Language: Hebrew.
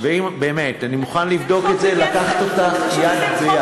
באמת, אני מוכן לבדוק את זה, לקחת אותך יד ביד.